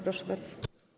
Proszę bardzo.